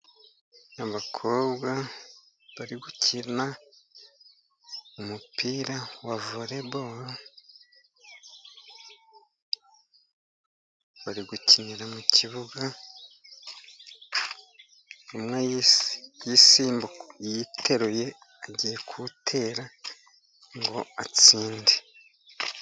Abakobwa bari gukina umupira wa voreboro, bari gukinira mu kibuga. Umwe yisimbu . yiteruye ,agiye kuwutera ngo atsinde.